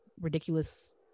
ridiculous